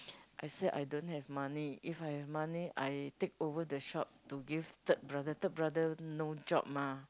I said I don't have money if I have money I take over the shop to give third brother third brother no job mah